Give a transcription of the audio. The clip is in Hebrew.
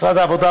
משרד העבודה,